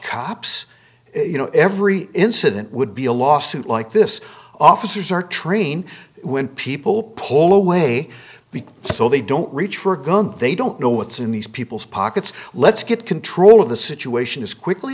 cops you know every incident would be a lawsuit like this officers are trained when people pull away because so they don't reach for a gun they don't know what's in these people's pockets let's get control of the situation as quickly